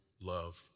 love